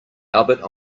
albert